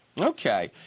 Okay